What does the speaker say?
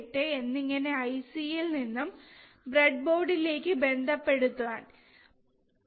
12345678 എന്നിങ്ങനെ IC യിൽ നിന്ന് ബ്രെഡിബോര്ഡിലേക് ബന്ധപ്പെടുത്തുമ്പോൾ